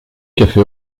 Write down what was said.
café